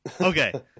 Okay